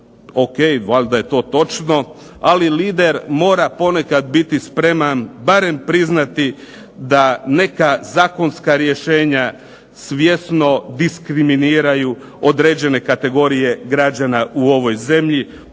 O.k. Valjda je to točno, ali lider mora ponekad biti spreman barem priznati da neka zakonska rješenja svjesno diskriminiraju određene kategorije građana u ovoj zemlji,